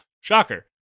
Shocker